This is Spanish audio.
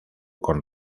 con